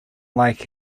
like